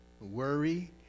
worry